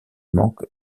manque